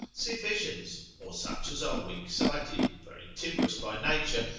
see visions, or such as are weak-sighted, very timorous by nature,